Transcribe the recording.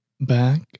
back